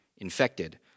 infected